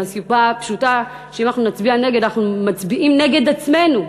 מהסיבה הפשוטה שאם אנחנו נצביע נגד אנחנו מצביעים נגד עצמנו,